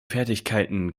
fertigkeiten